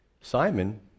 Simon